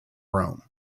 rome